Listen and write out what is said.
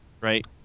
right